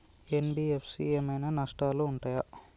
NBFC ఏమైనా నష్టాలు ఉంటయా?